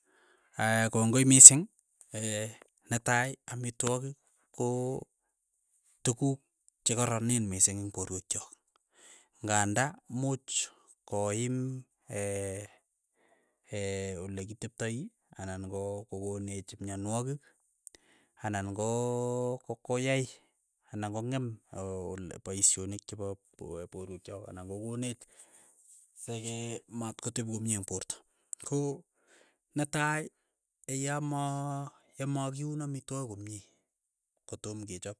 kongoi mising netai amitwogik ko tukuk chekoronen mising eng' porwek chok, ng'anda nuuch koim e olekitepatai anan ko- kokonech myanwogik anan koo- ko- koyai anan kong'em oo l paishonik chepo por- porwek chok ana kokonech sekematkotepi komie eng' porto, ko netai yama yamakiun amitwogik komie, kotoom kechop,